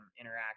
interact